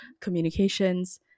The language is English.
communications